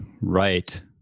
Right